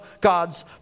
God's